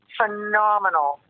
phenomenal